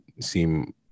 seem